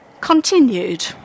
continued